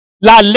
La